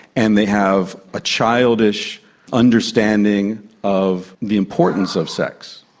and they have a childish understanding of the importance of sex.